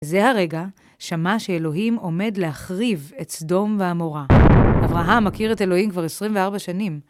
זה הרגע שמע שאלוהים עומד להחריב את סדום ועמורה. אברהם מכיר את אלוהים כבר 24 שנים.